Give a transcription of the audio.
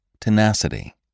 tenacity